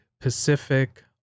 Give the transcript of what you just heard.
Pacific